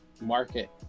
market